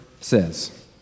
says